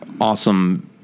awesome